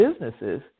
businesses